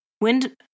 wind